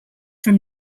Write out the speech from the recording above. from